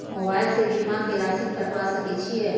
Mobile से बीमा के राशि कटवा सके छिऐ?